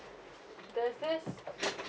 there's this